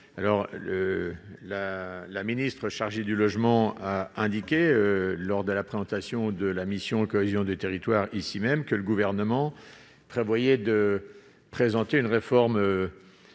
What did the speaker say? La ministre chargée du logement a indiqué, lors de la présentation de la mission « Cohésion des territoires », que le Gouvernement prévoyait de présenter une réforme